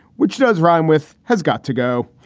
which does rhyme with has got to go.